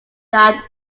than